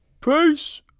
Peace